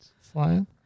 Flying